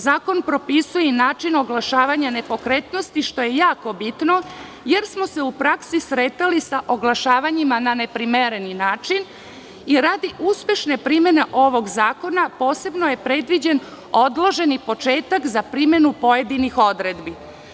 Zakon propisuje i način oglašavanja nepokretnosti, što je jako bitno, jer smo se u praksi sretali sa oglašavanjima na neprimeren način i radi uspešne primene ovog zakona posebno je predviđen odloženi početak za primenu pojedinih odredbi.